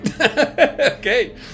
Okay